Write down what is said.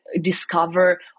discover